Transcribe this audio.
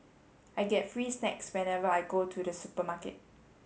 I get free snacks whenever I go to the supermarket